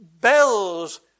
bells